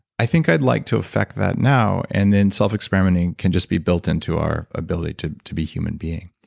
i think i'd like to effect that now and then self-experimenting can just be built into our ability to to be human being.